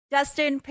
Dustin